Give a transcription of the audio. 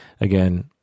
Again